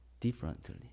differently